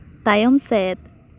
ᱛᱟᱭᱚᱢ ᱥᱮᱫ